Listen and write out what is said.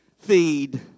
Feed